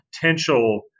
potential